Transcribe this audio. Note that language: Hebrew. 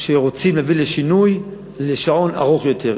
שרוצים להביא שינוי של תקופת שעון קיץ ארוכה יותר,